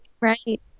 right